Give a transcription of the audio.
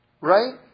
right